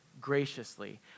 graciously